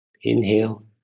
Inhale